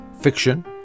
Fiction